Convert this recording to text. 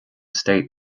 state